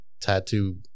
tattoo